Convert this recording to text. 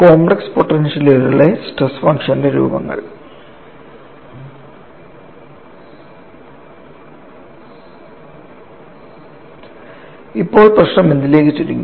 complex പൊട്ടൻഷ്യലുകളിലെ stress ഫംഗ്ഷൻറെ രൂപങ്ങൾ ഇപ്പോൾ പ്രശ്നം എന്തിലേക്ക് ചുരുക്കി